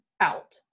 out